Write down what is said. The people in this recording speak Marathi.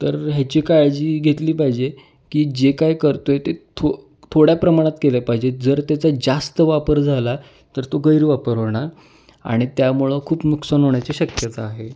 तर ह्याची काळजी घेतली पाहिजे की जे काय करतो आहे ते थो थोड्या प्रमाणात केल्या पाहिजे जर त्याचा जास्त वापर झाला तर तो गैरवापर होणार आणि त्यामुळं खूप नुकसान होण्याची शक्यता आहे